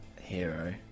hero